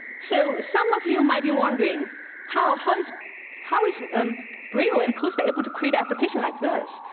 so some of you might be wondering how how is how is um brio and costa able to create application like this?